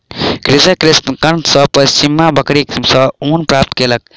कृषक केशकर्तन सॅ पश्मीना बकरी सॅ ऊन प्राप्त केलक